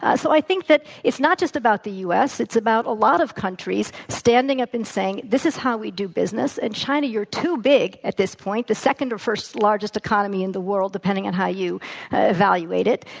ah so, i think that it's not just about the u. s. it's about a lot of countries standing up and saying, this is how we do business. and china, you're too big at this point the second or the first largest economy in the world, depending on how you evaluate it.